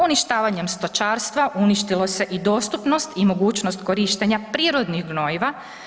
Uništavanjem stočarstva uništilo se i dostupnost i mogućnost korištenja prirodnih gnojiva.